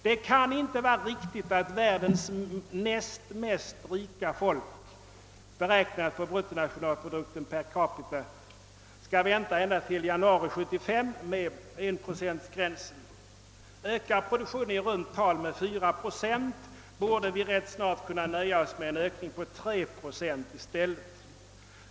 Det kan inte vara riktigt att världens näst rikaste folk, räknat efter bruttonationalprodukten per capita, skall vänta ända till januari månad 1975 med att nå den uppsatta 1-procentsgränsen. När produktionen ökar med i runt tal 4 procent per år, borde vi ganska snart kunna nöja oss med en ökning på 3 procent i stället.